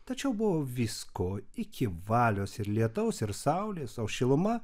tačiau buvo visko iki valios ir lietaus ir saulės o šiluma